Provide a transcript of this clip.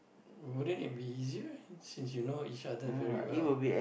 wouldn't it be easier since you know each other very well